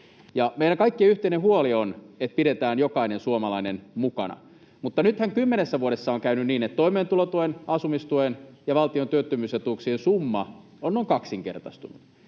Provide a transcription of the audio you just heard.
Meidän kaikkien yhteinen huoli on siitä, että pidetään jokainen suomalainen mukana. Mutta nythän kymmenessä vuodessa on käynyt niin, että toimeentulotuen, asumistuen ja valtion työttömyysetuuksien summa on noin kaksinkertaistunut.